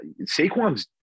Saquon's